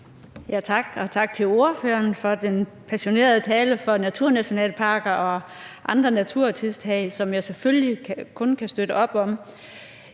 tak til ordføreren for den passionerede tale for naturnationalparker og andre naturtiltag, som jeg selvfølgelig kun kan støtte op om.